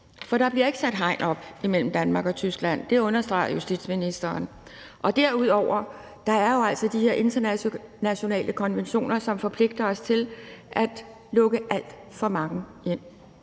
for der bliver ikke sat hegn op mellem Danmark og Tyskland. Det understregede justitsministeren. Derudover er der jo altså de her internationale konventioner, som forpligter os til at lukke alt for mange ind